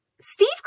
Steve